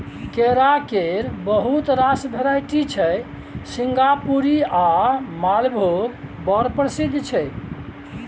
केरा केर बहुत रास भेराइटी छै सिंगापुरी आ मालभोग बड़ प्रसिद्ध छै